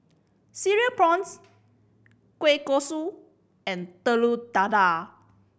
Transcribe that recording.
Cereal Prawns kueh kosui and Telur Dadah